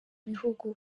bihugu